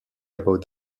about